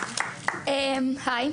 תודה רבה.